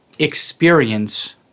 experience